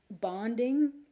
bonding